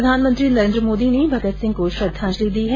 प्रधानमंत्री नरेन्द्र मोदी ने भगत सिंह को श्रद्वाजंलि दी है